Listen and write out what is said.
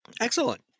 excellent